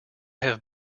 have